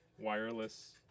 Wireless